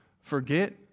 forget